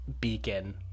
beacon